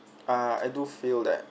ah I do feel that